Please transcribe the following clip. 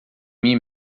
mim